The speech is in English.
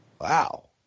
wow